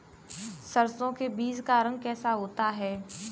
सरसों के बीज का रंग कैसा होता है?